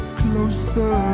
closer